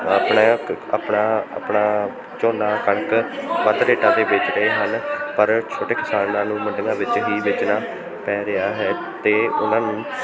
ਆਪਣਾ ਆਪਣਾ ਆਪਣਾ ਝੋਨਾ ਕਣਕ ਵੱਧ ਰੇਟਾਂ 'ਤੇ ਵੇਚ ਰਹੇ ਹਨ ਪਰ ਛੋਟੇ ਕਿਸਾਨਾਂ ਨੂੰ ਮੰਡੀਆਂ ਵਿੱਚ ਹੀ ਵੇਚਣਾ ਪੈ ਰਿਹਾ ਹੈ ਅਤੇ ਉਹਨਾਂ ਨੂੰ